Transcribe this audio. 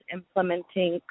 implementing